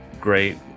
great